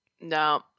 No